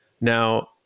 Now